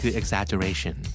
exaggeration